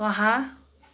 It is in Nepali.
वाह